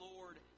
Lord